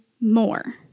more